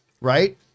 right